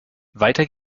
weiter